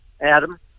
Adam